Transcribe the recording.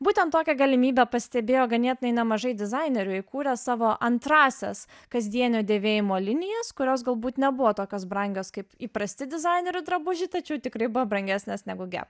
būtent tokią galimybę pastebėjo ganėtinai nemažai dizainerių įkūrę savo antrąsias kasdienio dėvėjimo linijas kurios galbūt nebuvo tokios brangios kaip įprasti dizainerių drabužiai tačiau tikrai buvo brangesnės negu gap